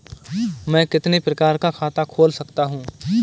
मैं कितने प्रकार का खाता खोल सकता हूँ?